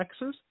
Xs